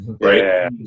right